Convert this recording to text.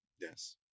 yes